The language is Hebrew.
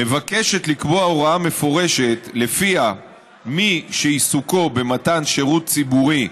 מבקשת לקבוע הוראה מפורשת שלפיה מי שעיסוקו במתן שירות ציבורי,